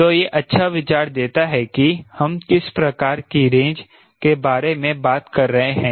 तो यह अच्छा विचार देता है कि हम किस प्रकार की रेंज के बारे में बात कर रहे हैं